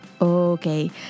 Okay